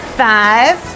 five